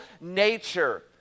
nature